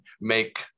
make